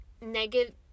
negative